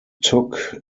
took